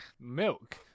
Milk